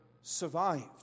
survived